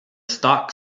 stock